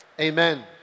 Amen